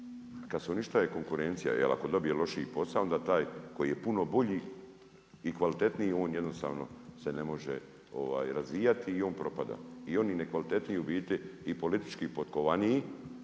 Kad se uništava konkurencija, jel ako dobije loši posao, onda taj, koji je puno bolji i kvalitetniji, on jednostavno se ne može razvijati i on propada. I oni nekvalitetnije u biti i politički potkovaniji,